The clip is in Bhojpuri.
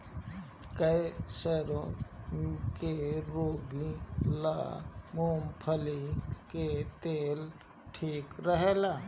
कैंसरो के रोगी ला मूंगफली के तेल ठीक रहेला